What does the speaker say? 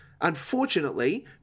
Unfortunately